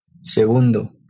Segundo